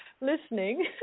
listening